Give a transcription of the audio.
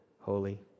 holy